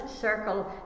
circle